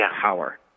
power